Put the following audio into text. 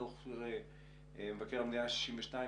דוח מבקר המדינה 62,